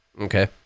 Okay